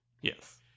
Yes